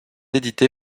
édité